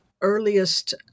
earliest